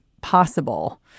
possible